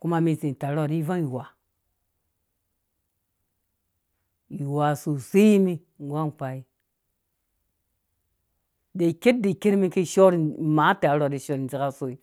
kuma mɛn zĩ tarhu mbɔ ha ni ivang iwa iwa sosei mɛn nggu akpai da kɛr da kɛr mɛn ki shɔr imaa tarha ha ni shar dzeka soi.